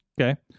Okay